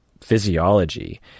physiology